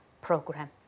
program